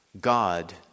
God